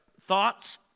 thoughts